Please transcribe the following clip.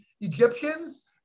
Egyptians